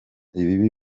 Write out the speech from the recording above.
ibibi